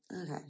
Okay